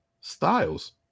styles